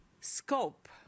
scope